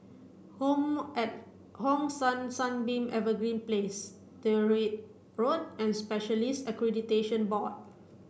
Home at Hong San Sunbeam Evergreen Place Tyrwhitt Road and Specialists Accreditation Board